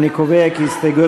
משרד החינוך,